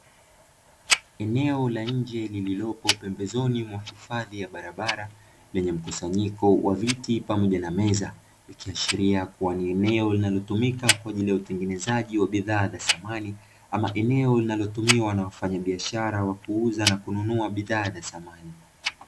Eneo la nje lililoko pembezoni mwa hifadhi ya barabara, lenye mkusanyiko wa viti pamoja na meza, likiashiria kuwa ni eneo linalotumika kwaajili yakutengenezea bidhaa za samani ama ni eneo linalotumiwa na wafanyabiashara wa kuuza nakununua bidhaa za samani.